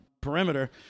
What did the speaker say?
Perimeter